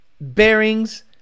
bearings